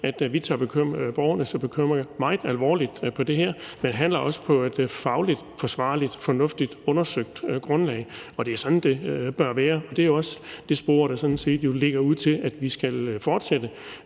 at vi tager borgernes bekymringer meget alvorligt i den her sag, men også handler på et fagligt forsvarligt og fornuftigt undersøgt grundlag. Det er sådan, det bør være, og det er også det spor, der lægges op til at vi skal fortsætte